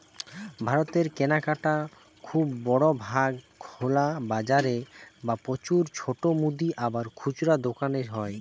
ভারতের কেনাকাটা খুব বড় ভাগ খোলা বাজারে বা প্রচুর ছোট মুদি আর খুচরা দোকানে হয়